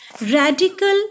radical